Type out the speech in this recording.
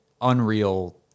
unreal